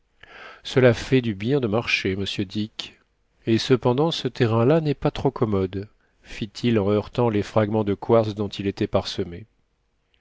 cela fait du bien de marcher monsieur dick et cependant ce terrain là n'est pas trop commode fit-il en heurtant les fragments de quartz dont il était parsemé